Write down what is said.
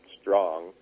strong